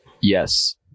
Yes